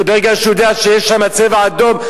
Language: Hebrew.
וברגע שהוא יודע שיש שם צבע אדום,